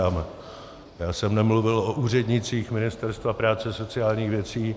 Já jsem nemluvil o úřednících Ministerstva práce a sociálních věcí.